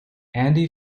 andy